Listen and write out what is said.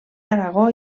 aragó